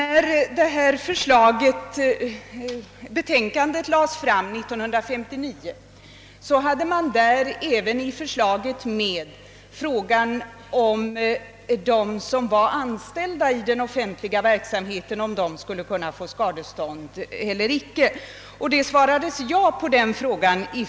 När betänkandet lades fram 1959, omfattade det även frågan om de som var anställda i den offentliga verksamheten skulle kunna få skadestånd eller icke. Skadeståndskommittén svarade ja på den frågan.